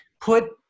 put